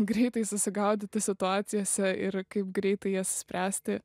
greitai susigaudyti situacijose ir kaip greitai jas spręsti